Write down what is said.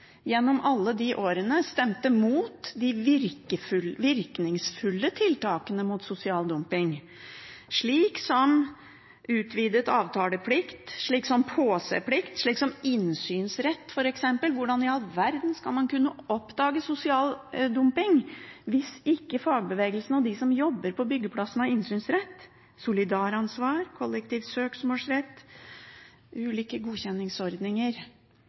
gjennom alle de årene stemte mot de virkningsfulle tiltakene mot sosial dumping, slik som utvidet avtaleplikt, påse-plikt, innsynsrett. Hvordan i all verden skal man kunne oppdage sosial dumping hvis ikke fagbevegelsen og de som jobber på byggeplassen, har innsynsrett, solidaransvar, kollektiv søksmålsrett, ulike godkjenningsordninger?